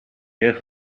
jeugd